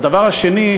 והדבר השני,